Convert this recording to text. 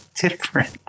different